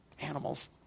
animals